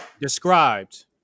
described